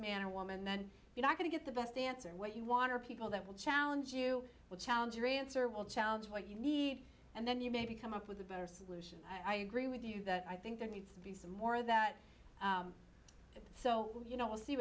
man or woman and you're not going to get the best answer what you want to people that will challenge you will challenge your answer will challenge what you need and then you maybe come up with a better solution i agree with you that i think there needs to be some more that so you know we'll see